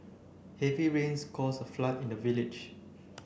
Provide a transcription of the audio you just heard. heavy rains cause a flood in the village